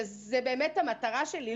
שזו באמת המטרה שלי,